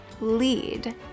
lead